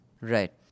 Right